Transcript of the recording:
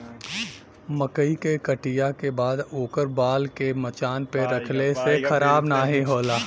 मकई के कटिया के बाद ओकर बाल के मचान पे रखले से खराब नाहीं होला